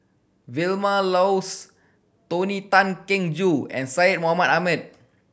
Vilma Laus Tony Tan Keng Joo and Syed Mohamed Ahmed